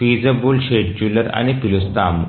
feasible scheduler అని పిలుస్తాము